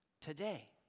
today